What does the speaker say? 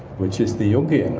which is the jungian,